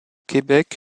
québec